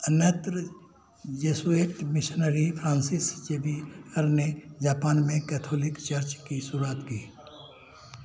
अन्यत्र Jesuit missionary Francis Xavier ने Japan में कैथोलिक चर्च की शुरुआत की